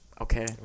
Okay